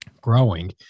growing